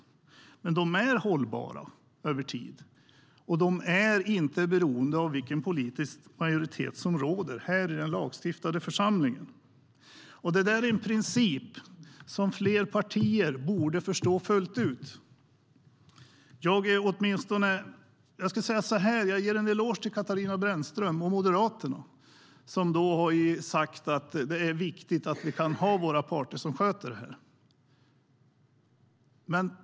Men de är hållbara över tid, och de är inte beroende av vilken politisk majoritet som råder i den lagstiftande församlingen. Det är en princip som fler partier borde förstå fullt ut. Jag ger en eloge till Katarina Brännström och Moderaterna som har sagt att det är viktigt att parterna sköter detta.